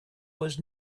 was